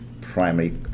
primary